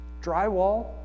Drywall